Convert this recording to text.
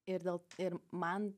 ir dėl ir man